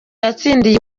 yatsindiwe